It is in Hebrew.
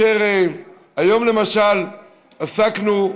היום למשל עסקנו,